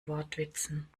wortwitzen